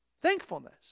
Thankfulness